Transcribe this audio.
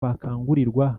bakangurirwa